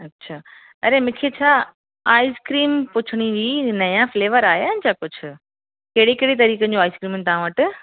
अच्छा अरे मूंखे छा आइस्क्रीम पुछिणी हुई नया फ़्लेवर आया आहिनि छा कुझु कहिड़ी कहिड़ी तरीक़नि जूं आइस्क्रीम आहिनि तव्हां वटि